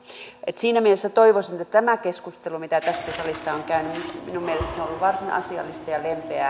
että siinä mielessä mielestäni tämä keskustelu mitä tässä salissa on käyty on ollut varsin asiallista ja